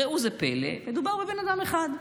ראו זה פלא: מדובר בבן אדם אחד,